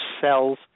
cells